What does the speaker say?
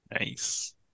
Nice